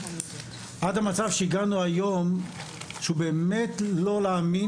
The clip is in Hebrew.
עד המצב שהגענו היום שהוא באמת לא להאמין